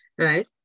right